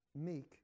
meek